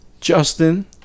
Justin